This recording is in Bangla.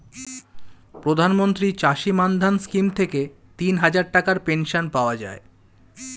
প্রধানমন্ত্রী চাষী মান্ধান স্কিম থেকে তিনহাজার টাকার পেনশন পাওয়া যায়